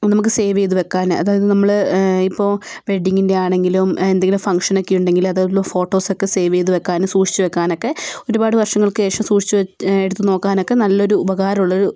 നമുക്ക് സേവ് ചെയ്ത് വെക്കാന് അതായത് നമ്മൾ ഇപ്പോൾ വെഡിങ്ങിൻ്റെ ആണെങ്കിലും എന്തെങ്കിലും ഫങ്ക്ഷനൊക്കെയുണ്ടെങ്കിൽ അത് ഫോട്ടോസൊക്കെ സേവ് ചെയ്ത് വെക്കാനും സൂക്ഷിച്ച് വെക്കാനൊക്കെ ഒരുപാട് വർഷങ്ങൾക്ക് ശേഷം സൂക്ഷിച്ച് വെച്ച് എടുത്ത് നോക്കാനൊക്കെ നല്ലൊരു ഉപകാരൊള്ളൊരു